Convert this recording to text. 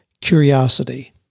curiosity